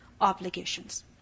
obligations